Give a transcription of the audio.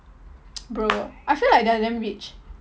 bro I feel like they are damn rich